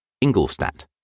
Ingolstadt